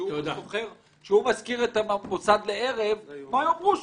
כשהוא משכיר את המוסד לערב מה יאמרו שם?